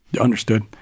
Understood